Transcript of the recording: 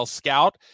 scout